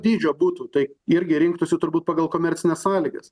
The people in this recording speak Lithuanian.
dydžio būtų tai irgi rinktųsi turbūt pagal komercines sąlygas